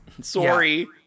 Sorry